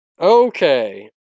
Okay